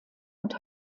und